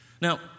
Now